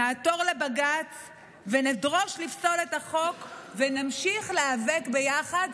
נעתור לבג"ץ ונדרוש לפסול את החוק ונמשיך להיאבק ביחד,